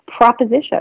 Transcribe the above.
proposition